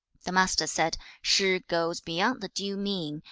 the master said, shih goes beyond the due mean,